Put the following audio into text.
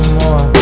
more